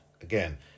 again